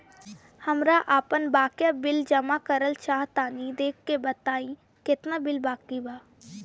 हमरा आपन बाकया बिल जमा करल चाह तनि देखऽ के बा ताई केतना बाकि बा?